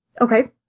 Okay